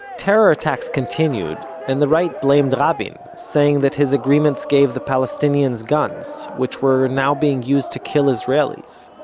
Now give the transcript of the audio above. terror attacks continued, and the right blamed rabin, saying that his agreements gave the palestinians guns, which were now being used to kill israelis.